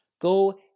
Go